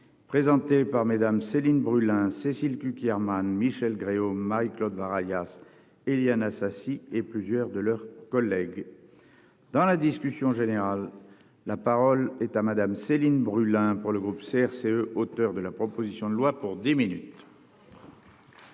Présenté par Madame Céline Brulin, Cécile Cukierman Michelle Gréaume Marie-Claude var alias Éliane Assassi et plusieurs de leurs collègues. Dans la discussion générale. La parole est à madame Céline Brulin, pour le groupe CRCE, auteur de la proposition de loi pour 10 minutes.